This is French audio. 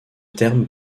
terme